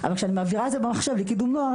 אבל כשאני מעבירה את זה במחשב לקידום נוער,